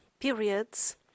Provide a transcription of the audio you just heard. periods